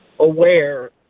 aware